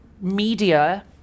media